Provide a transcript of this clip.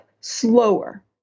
slower